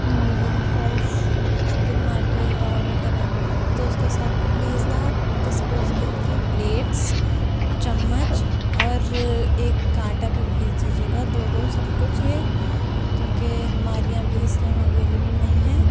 medium size chicken margherita order کرا ہے تو اس کے ساتھ پلیز نا آپ ڈسپوزیبل پلیٹس چمچ اور ایک کانٹا بھی بھیج دیجیے گا دو دو سب کچھ کیونکہ ہمارے یہاں بھی اس ٹائم اویلیبل نہیں ہے